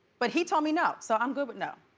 but he told me no. so i'm good with no.